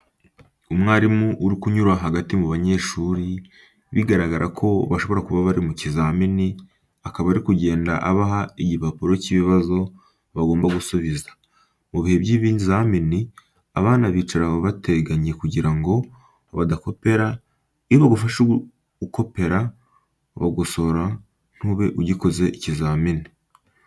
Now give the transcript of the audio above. Umwarimu uri kunyura hagati mu banyeshuri, bigaragara ko bashobora kuba bari mu kizamini, akaba ari kugenda abaha igipapuro cy'ibibazo bagomba gusubiza. Mu bihe by'ibizamini abana bicara bategeranye kugira ngo badakopera, iyo bagufashe ukopera baragusohora ntube ugikoze ikizamini.